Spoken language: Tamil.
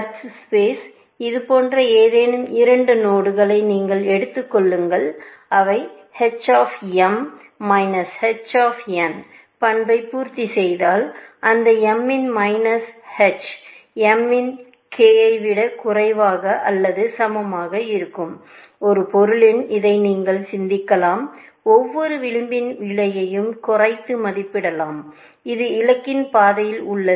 சர்ச் ஸ்பேஸில் இதுபோன்ற ஏதேனும் இரண்டு நோடு களை நீங்கள் எடுத்துக் கொண்டால் அவை h of m minus h of n பண்பை பூர்த்திசெய்தால் அந்த m இன் மைனஸ் h m இன் k ஐ விடக் குறைவாக அல்லது சமமாக இருக்கும் ஒரு பொருளில் இதை நீங்கள் சிந்திக்கலாம் ஒவ்வொரு விளிம்பின் விலையையும் குறைத்து மதிப்பிடலாம் இது இலக்கின் பாதையில் உள்ளது